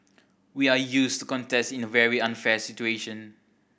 we are used to contest in a very unfair situation